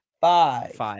Five